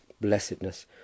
blessedness